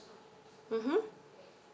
mmhmm